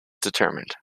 determined